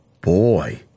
boy